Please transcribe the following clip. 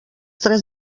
tres